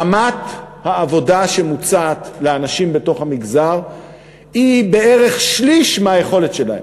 רמת העבודה שמוצעת לאנשים בתוך המגזר היא בערך שליש מהיכולת שלהם,